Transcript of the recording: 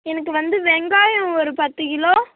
எனக்கு வந்து வெங்காயம் ஒரு பத்து கிலோ